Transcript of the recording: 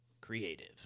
creative